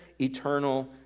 eternal